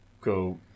go